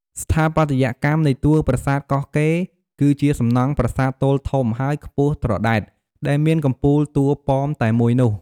ស្ថាបត្យកម្មនៃតួរប្រាសាទកោះកេរ្ដិ៍ គឺជាសំណង់ប្រាសាទទោលធំ ហើយខ្ពស់ត្រដែត ដែលមានកំពូលតួប៉មតែមួយនោះ។